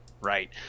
right